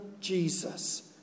Jesus